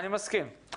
אני מסכים,